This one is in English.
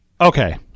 Okay